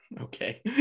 Okay